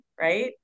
right